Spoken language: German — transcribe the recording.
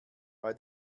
bei